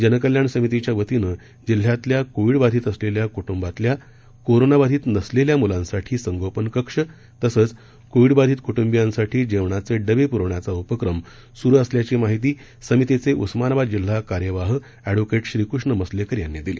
जनकल्याण समितीच्या वतीनं जिल्ह्यातल्या कोविड बाधित असलेल्या कुटुंबातल्या कोरोनाबाधित नसलेल्या मुलांसाठी संगोपन कक्ष तसंच कोविड बाधित कुटुंबीयांसाठी जेवणाचे डबे पुरवण्याचा उपक्रम सुरु असल्याची माहिती समितीचे उस्मानाबाद जिल्हा कार्यवाह एडवोकेट श्रीकृष्ण मसलेकर यांनी दिली